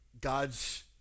God's